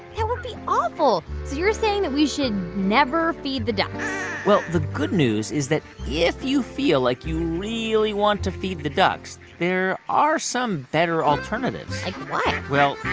that would be awful. so you're saying that we should never feed the ducks well, the good news is that if you feel like you really want to feed the ducks, there are some better alternatives like what? well,